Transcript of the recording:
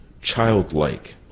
childlike